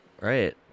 right